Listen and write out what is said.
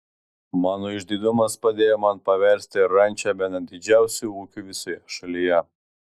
mano išdidumas padėjo man paversti rančą bene didžiausiu ūkiu visoje šalyje